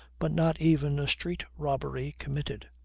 but not even a street-robbery committed.